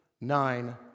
nine